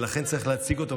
ולכן צריך להציג אותו,